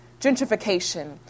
gentrification